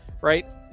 right